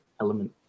element